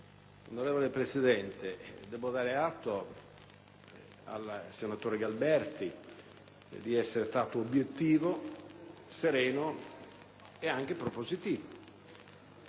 Onorevole Presidente, debbo dare atto al senatore Galperti di essere stato obiettivo, sereno e anche propositivo.